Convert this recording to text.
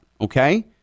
okay